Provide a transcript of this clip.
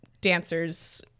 dancers